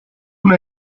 una